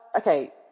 okay